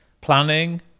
Planning